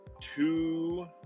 Two